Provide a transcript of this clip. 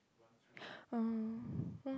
oh oh